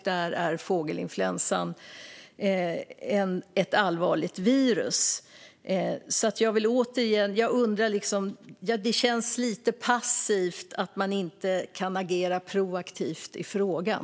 Där är fågelinfluensan ett allvarligt virus. Det känns lite passivt att man inte kan agera proaktivt i frågan.